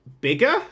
bigger